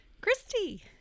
Christy